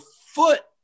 foot